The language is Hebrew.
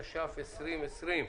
התש"ף-2020.